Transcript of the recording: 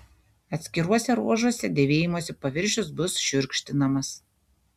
atskiruose ruožuose dėvėjimosi paviršius bus šiurkštinamas